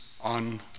on